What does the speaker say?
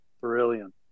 brilliant